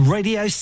Radio